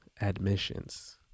Admissions